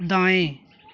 दाएँ